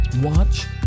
Watch